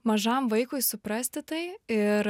mažam vaikui suprasti tai ir